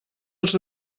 els